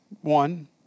One